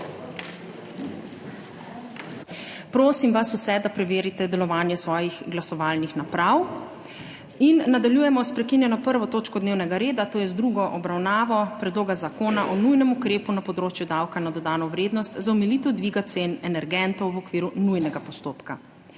Prosim vas vse, da preverite delovanje svojih glasovalnih naprav. **Nadaljujemo s prekinjeno 1. točko dnevnega reda – druga obravnava Predloga zakona o nujnem ukrepu na področju davka na dodano vrednost za omilitev dviga cen energentov (ZNUDDVE), v okviru nujnega postopka.**